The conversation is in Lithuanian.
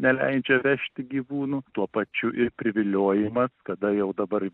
neleidžia vežti gyvūnų tuo pačiu ir priviliojimas kada jau dabar